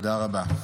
תודה רבה.